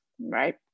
right